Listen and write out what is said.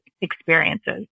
experiences